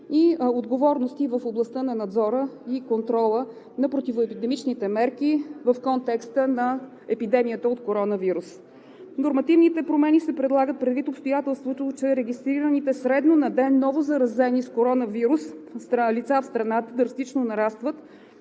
и отговорности в областта на надзора и контрола на противоепидемичните мерки в контекста на епидемията от коронавирус. Нормативните промени се предлагат предвид обстоятелството, че регистрираните средно на ден новозаразени с коронавирус лица в страната драстично нарастват